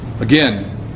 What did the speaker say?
again